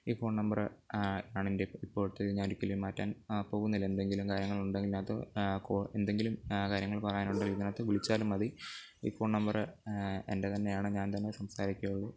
ഈ phone number ആണെൻ്റെ ഇപ്പോഴത്തെ ഞാൻ ഒരിക്കലും മാറ്റാൻ പോകുന്നില്ല എന്തെങ്കിലും കാര്യങ്ങൾ ഉണ്ടെങ്കിൽ ഇതിനകത്ത് എന്തെങ്കിലും കാര്യങ്ങൾ പറയാനുണ്ടെങ്കിൽ ഇതിനകത്തു വിളിച്ചാലും മതി ഈ ഫോൺ നമ്പർ എൻ്റെ തന്നെയാണ് ഞാൻ തന്നെ സംസാരിക്കുകയുള്ളൂ